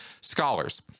scholars